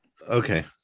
Okay